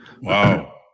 Wow